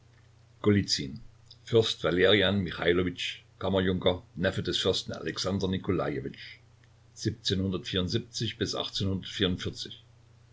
fürst valerian michailowitsch kammerjunker neffe des fürsten alexander nikolajewitsch